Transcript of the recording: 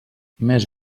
més